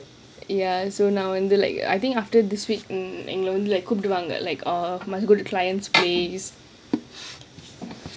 ya so now and like I think after this week கூப்பிடுவாங்க:koopiduwaanga like must go clients place